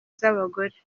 z’abagore